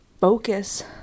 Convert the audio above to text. focus